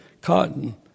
cotton